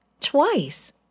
twice